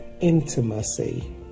intimacy